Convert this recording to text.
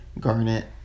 Garnet